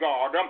God